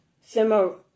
similar